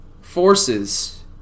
forces